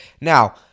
Now